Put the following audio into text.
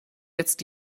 jetzt